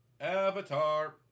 Avatar